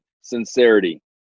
sincerity